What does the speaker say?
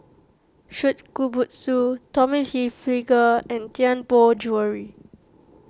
Shokubutsu Tommy Hilfiger and Tianpo Jewellery